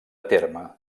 terme